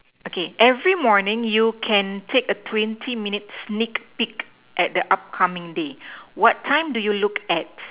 okay every morning you can take a twenty minute sneak peek at the upcoming day what time do you look at